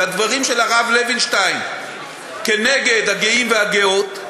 לדברים של הרב לוינשטיין נגד הגאים והגאות,